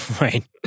Right